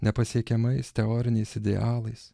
nepasiekiamais teoriniais idealais